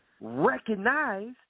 recognized